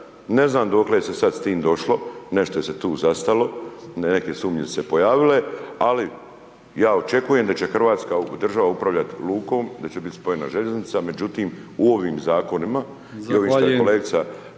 ne znam dokle se sad s tim došlo, nešto se tu zastalo, neke sumnje se pojavile ali ja očekujem da će Hrvatska država upravljati lukom, da će biti spojena željeznica međutim u ovim zakonima i ovim što je kolegica